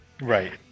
right